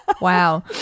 Wow